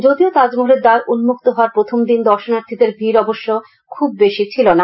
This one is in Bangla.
যদিও তাজমহলের দ্বার উন্মুক্ত হওয়ার প্রথম দিন দর্শনার্থীদের ভিড় অবশ্য খুব বেশি ছিল না